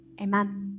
Amen